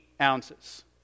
ounces